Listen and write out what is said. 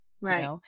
right